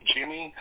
Jimmy